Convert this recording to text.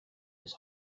his